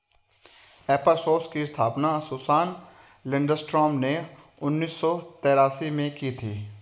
एपर सोर्स की स्थापना सुसान लिंडस्ट्रॉम ने उन्नीस सौ तेरासी में की थी